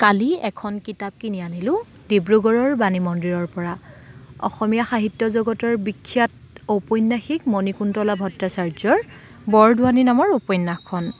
কালি এখন কিতাপ কিনি আনিলোঁ ডিব্ৰুগড়ৰ বাণী মন্দিৰৰ পৰা অসমীয়া সাহিত্য জগতৰ বিখ্যাত ঔপন্যাসিক মণিকুন্তলা ভট্টাচাৰ্যৰ বৰদোৱানী নামৰ উপন্যাসখন